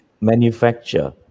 manufacture